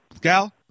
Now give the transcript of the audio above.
gal